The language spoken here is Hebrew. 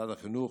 משרד החינוך,